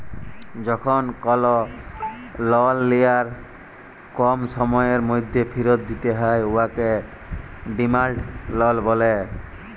যখল কল লল লিয়ার কম সময়ের ম্যধে ফিরত দিতে হ্যয় তাকে ডিমাল্ড লল ব্যলে